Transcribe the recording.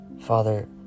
Father